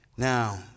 Now